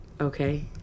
Okay